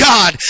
God